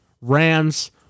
Rams